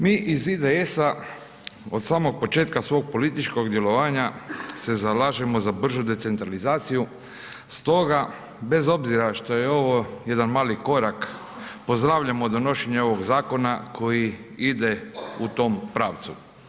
Mi iz IDS-a od samog početka svog političkog djelovanja se zalažemo za bržu decentralizaciju stoga bez obzira što je ovo jedan mali korak pozdravljamo donošenje ovog zakona koji ide u tom pravcu.